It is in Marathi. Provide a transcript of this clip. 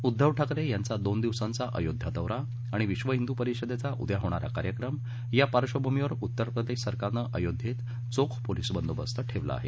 उद्दव ठाकरे यांचा दोन दिवसांचा अयोध्या दौरा आणि विश्व हिंदू परिषदेचा उद्या होणारा कार्यक्रम या पार्श्वभूमीवर उत्तरप्रदेश सरकारनं अयोध्येत चोख पोलिस बंदोबस्त ठेवला आहे